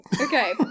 okay